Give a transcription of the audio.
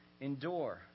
endure